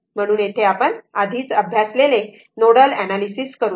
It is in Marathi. म्हणून येथे आपण आधीच अभ्यासलेले नोडल एनालिसिस करूया